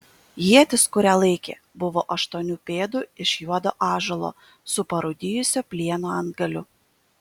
ietis kurią laikė buvo aštuonių pėdų iš juodo ąžuolo su parūdijusio plieno antgaliu